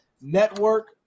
Network